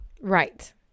Right